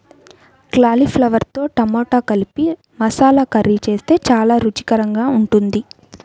కాలీఫ్లవర్తో టమాటా కలిపి మసాలా కర్రీ చేస్తే చాలా రుచికరంగా ఉంటుంది